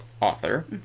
author